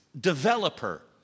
developer